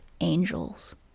angels